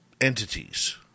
entities